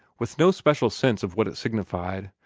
with no special sense of what it signified,